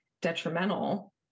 detrimental